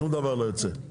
שום דבר לא יוצא.